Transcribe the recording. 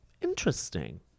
Interesting